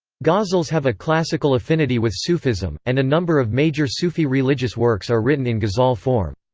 ghazals have a classical affinity with sufism, and a number of major sufi religious works are written in ghazal form.